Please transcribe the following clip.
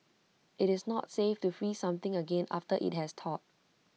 IT is not safe to freeze something again after IT has thawed